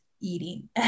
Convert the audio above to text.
eating